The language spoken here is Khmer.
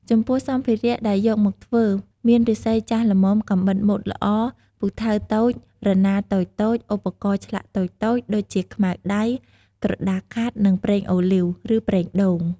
ចំពោះសម្ភារៈដែលយកមកធ្វើ មានឫស្សីចាស់ល្មម កាំបិតមុតល្អ ពូថៅតូច រណារតូចៗ ឧបករណ៍ឆ្លាក់តូចៗ ដូចជាខ្មៅដៃ ក្រដាសខាត់ និងប្រេងអូលីវ ឬប្រេងដូង។